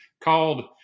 called